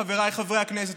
חבריי חברי הכנסת,